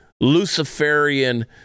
Luciferian